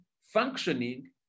functioning